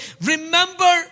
Remember